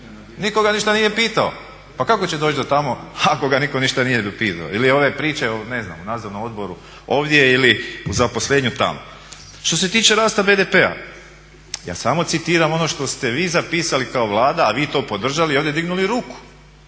nitko ga ništa nije pitao. Pa kako će doći do tamo ako ga niko ništa nije pitao? Ili ove priče ne znam o nadzornom odboru ovdje ili o zaposlenju tamo. Što se tiče rasta BDP-a ja samo citiram ono što ste vi zapisali kao Vlada, a vi to podržali i ovdje dignuli ruku,